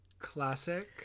classic